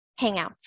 Hangouts